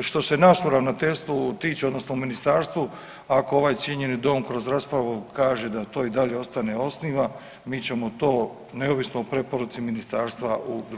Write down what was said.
što se nas u Ravnateljstvu tiče, odnosno u Ministarstvu, ako ovaj cijenjeni Dom kroz raspravu kaže da to i dalje ostane osniva, mi ćemo to, neovisno o preporuci Ministarstva u drugo čitanje.